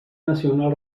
nacional